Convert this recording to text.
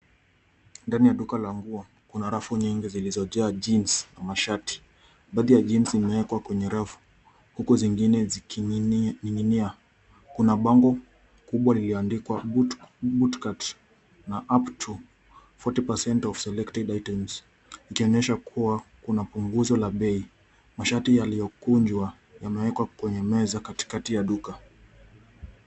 Ndani ya duka la nguo, kuna rafu nyingi zilizojaa jeans na mashati. Bag ya jeans imewekwa kwenye rafu, huku nyingine zikining'inia. Kuna bango kubwa lililoandikwa: Bootcut na Up To 40% of selected items , ikionyesha kuwa kuna punguzo la bei. Mashati yaliyokunjwa yamewekwa kwenye meza katikati ya duka.